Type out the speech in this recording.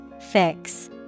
Fix